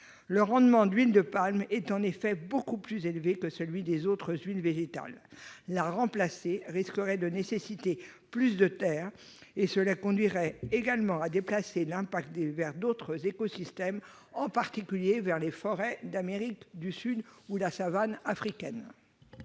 Le rendement de l'huile de palme est en effet beaucoup plus élevé que celui des autres huiles végétales. La remplacer risquerait de nécessiter plus de terres et conduirait également à déplacer l'impact de ces productions vers d'autres écosystèmes, comme les forêts d'Amérique du Sud ou la savane africaine.